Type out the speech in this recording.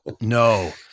No